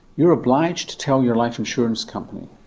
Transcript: you're obliged to tell your life insurance company.